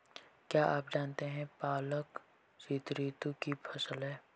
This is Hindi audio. क्या आप जानते है पालक शीतऋतु की फसल है?